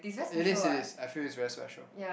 it is it is I feel it's very special